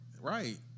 Right